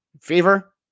Fever